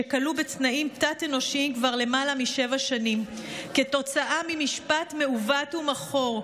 שכלוא בתנאים תת-אנושיים כבר למעלה משבע שנים כתוצאה ממשפט מעוות ומכור.